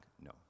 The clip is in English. No